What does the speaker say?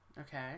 Okay